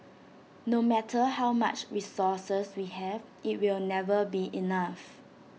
no matter how much resources we have IT will never be enough